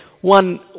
one